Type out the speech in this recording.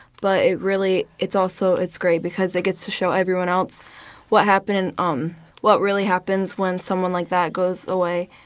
but it really it's also it's great because it gets to show everyone else what happened and um what really happens when someone like that goes away.